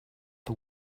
the